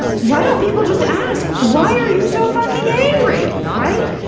why don't people just ask? why are you so fucking angry? right?